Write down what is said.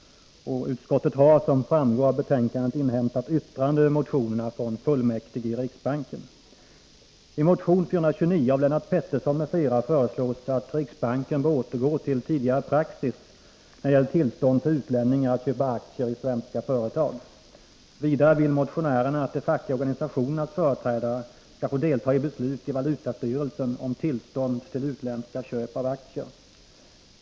Utskottet har, som framgår av betänkandet, inhämtat yttranden över motionerna från fullmäktige i riksbanken. I motion 429 av Lennart Pettersson m.fl. föreslås att riksbanken skall återgå till tidigare praxis när det gäller tillstånd för utlänningar att köpa aktier i svenska företag. Vidare vill motionärerna att de fackliga organisationernas företrädare skall få delta i beslut i valutastyrelsen om tillstånd till utländska köp av svenska aktier.